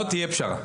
לא תהיה פשרה.